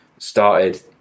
started